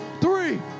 three